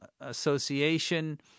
Association